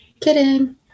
kidding